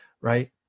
right